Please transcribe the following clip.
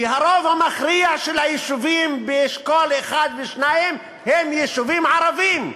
כי הרוב המכריע של היישובים באשכולות 1 ו-2 הם יישובים ערביים,